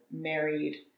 married